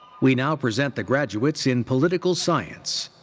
we now present the graduates in political science.